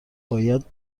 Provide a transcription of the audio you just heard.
باید